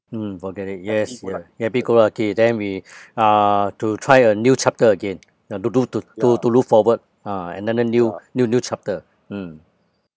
mm forget it yes ya happy-go-lucky then we uh to try a new chapter again ya do do to to to look forward ah another new new new chapter mm